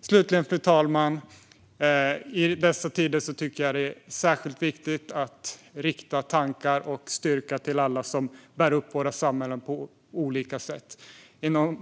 Slutligen, fru talman, tycker jag att det i dessa tider är särskilt viktigt att rikta tankar och styrka till alla som bär upp våra samhällen på olika sätt.